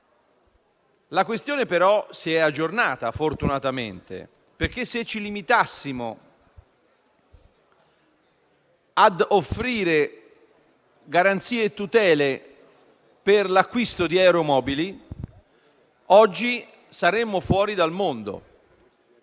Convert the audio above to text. fortunatamente si è aggiornata, perché, se ci limitassimo a offrire garanzie e tutele per l'acquisto di aeromobili, oggi saremmo fuori dal mondo.